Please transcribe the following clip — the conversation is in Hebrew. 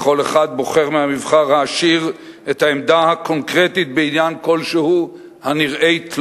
וכל אחד בוחר מהמבחר העשיר את העמדה הקונקרטית בעניין כלשהו הנראית לו.